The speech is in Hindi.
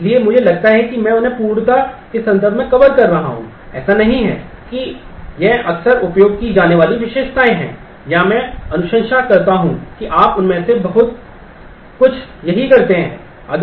इसलिए मुझे लगता है कि मैं उन्हें पूर्णता के संदर्भ में कवर कर रहा हूं ऐसा नहीं है कि ये अक्सर उपयोग की जाने वाली विशेषताएं हैं या मैं अनुशंसा करता हूं कि आप उनमें से बहुत कुछ यहीं करते हैं